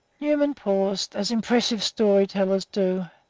newman paused, as impressive story-tellers do,